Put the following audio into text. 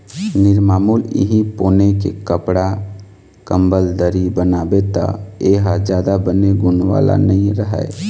निरमामुल इहीं पोनी के कपड़ा, कंबल, दरी बनाबे त ए ह जादा बने गुन वाला नइ रहय